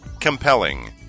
Compelling